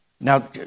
now